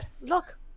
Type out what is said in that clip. look